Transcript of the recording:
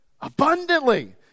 Abundantly